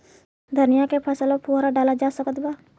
धनिया के फसल पर फुहारा डाला जा सकत बा?